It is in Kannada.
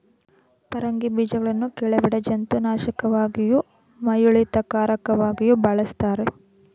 ಪರಂಗಿ ಬೀಜಗಳನ್ನು ಕೆಲವೆಡೆ ಜಂತುನಾಶಕವಾಗಿಯೂ ಮೈಯಿಳಿತಕಾರಕವಾಗಿಯೂ ಬಳಸ್ತಾರೆ